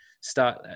start